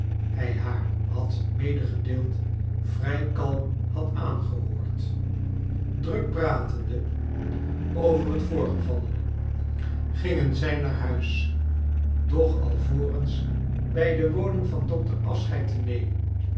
hij haar had medegedeeld vrij kalm had aangehoord druk pratende over het voorgevallene gingen zij naar huis doch alvorens bij de woning van dokter afscheid te nemen